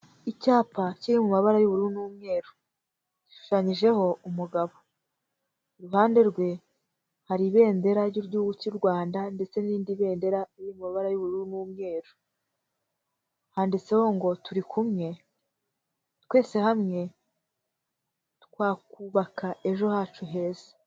Icyapa kiri mu mabara y'ubururu n'umweru, gishushanyijeho umugabo, iruhande rwe hari ibendera ry'Igihugu cy'u Rwanda ndetse n'irindi bendera riri mu mabara y'ubururu n'umweru, handitseho ngo turikumwe, twese hamwe twakubaka ejo hacu heza.